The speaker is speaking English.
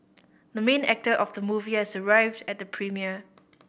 the main actor of the movie has arrived at the premiere